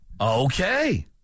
Okay